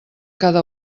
cada